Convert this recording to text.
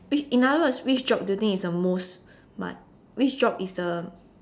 which in other words which job do you think is the most mon~ which job is the